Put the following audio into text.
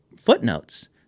footnotes